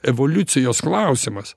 evoliucijos klausimas